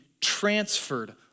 transferred